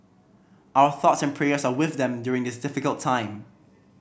our thoughts and prayers are with them during this difficult time